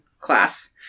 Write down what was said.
class